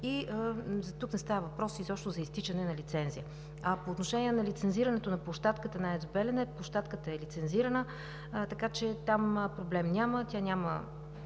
и тук не става въпрос изобщо за изтичане на лицензия. По отношение на лицензирането на площадката на АЕЦ „Белене“ – площадката е лицензирана, така че там проблем няма, няма